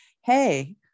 hey